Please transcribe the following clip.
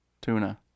tuna